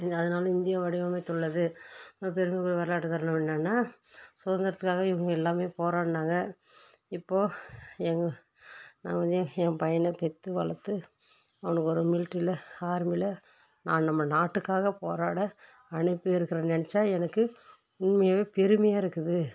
இது அதனால் இந்தியா வடிவமைத்துள்ளது பெருமைக்குள்ள வரலாற்றுக் காரணம் என்னென்னால் சுதந்திரத்துக்காக இவங்க எல்லாமே போராடினாங்க இப்போது எங்கள் நான் வந்து என் என் பையனை பெற்று வளர்த்து அவனுக்கு ஒரு மிலிட்ரியில் ஆர்மியில் நான் நம்ம நாட்டுக்காக போராட அனுப்பியிருக்குறேன்னு நினைச்சா எனக்கு உண்மையாகவே பெருமையாக இருக்குது